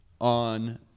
on